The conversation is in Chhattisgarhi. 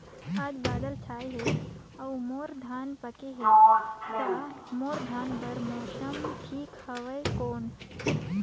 आज बादल छाय हे अउर मोर धान पके हे ता मोर धान बार मौसम ठीक हवय कौन?